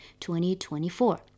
2024